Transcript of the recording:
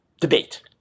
debate